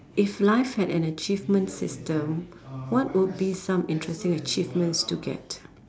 if life had an achievement system what would be some interesting achievements to get